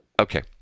Okay